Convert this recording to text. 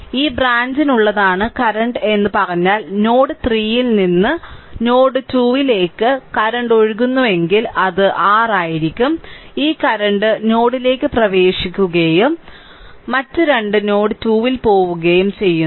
അതിനാൽ ഈ ബ്രാഞ്ചിനുള്ളതാണ് കറന്റ് എന്ന് പറഞ്ഞാൽ നോഡ് 3 ൽ നിന്ന് നോഡ് 2 ലേക്ക് കറന്റ് ഒഴുകുന്നുവെങ്കിൽ അത് r ആയിരിക്കും ഈ കറന്റ് നോഡിലേക്ക് പ്രവേശിക്കുകയും മറ്റ് രണ്ട് നോഡ് 2 ൽ പോകുകയും ചെയ്യുന്നു